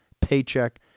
paycheck